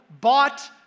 bought